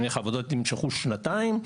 נניח שהעבודות נמשכו שנתיים,